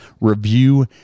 review